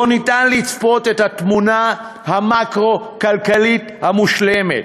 לא ניתן לצפות את התמונה המקרו-כלכלית המושלמת,